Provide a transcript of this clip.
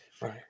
Right